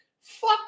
Fuck